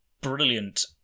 brilliant